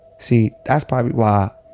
see, that's probably why